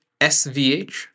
SVH